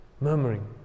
Murmuring